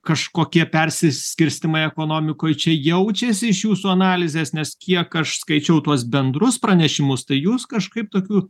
kažkokie persiskirstymai ekonomikoj čia jaučiasi iš jūsų analizės nes kiek aš skaičiau tuos bendrus pranešimus tai jūs kažkaip tokių